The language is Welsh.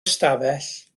ystafell